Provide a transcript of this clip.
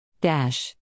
Dash